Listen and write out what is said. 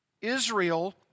Israel